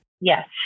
Yes